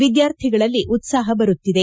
ವಿದ್ಕಾರ್ಥಿಗಳಲ್ಲಿ ಉತ್ಸಾಪ ಬರುತ್ತಿದೆ